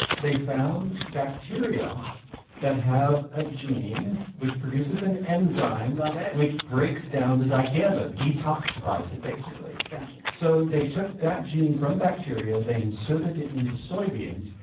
they found bacteria that have a gene which produces an enzyme. love it. which breaks down the dicamba detoxifies it, basically got you so they took that gene from bacteria. they inserted it into soybeans,